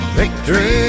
victory